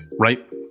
right